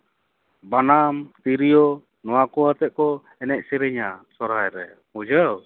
ᱵᱟᱱᱟᱢ ᱛᱨᱤᱭᱳ ᱱᱚᱣᱟ ᱠᱚᱣᱟᱛᱮ ᱠᱚ ᱮᱱᱮᱡ ᱥᱮᱨᱮᱧᱟ ᱥᱚᱨᱦᱟᱭ ᱨᱮ ᱵᱩᱡᱷᱟᱹᱣ